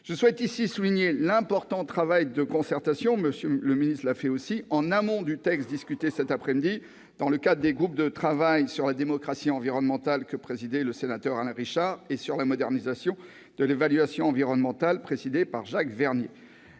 le secrétaire d'État, l'important travail de concertation réalisé en amont du texte discuté cet après-midi dans le cadre des groupes de travail sur la démocratie environnementale présidé par le sénateur Alain Richard, et sur la modernisation de l'évaluation environnementale présidé par Jacques Vernier.